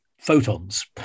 photons